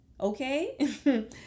Okay